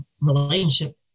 relationship